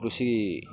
ಕೃಷಿ